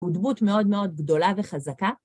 הוא דמות מאוד מאוד גדולה וחזקה.